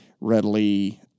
readily